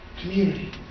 community